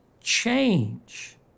change